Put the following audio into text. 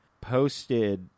posted